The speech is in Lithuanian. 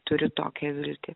turiu tokią viltį